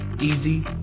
easy